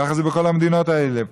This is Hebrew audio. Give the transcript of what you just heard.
ככה זה בכל המדינות האלה.